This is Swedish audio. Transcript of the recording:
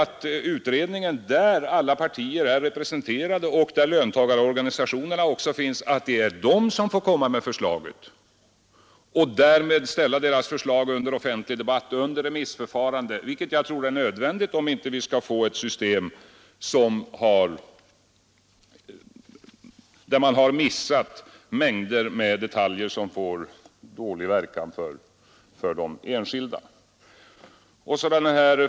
Det rimliga är partier är representerade och där löntagarorganisationerna också är företrädda, får komma med förslaget som sedan sänds ut på remiss och ställs under offentlig debatt. Det tror jag är nödvändigt, om vi inte skall få ett system där man har missat mängder med detaljer som får ogynnsam verkan för den enskilde.